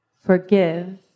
forgive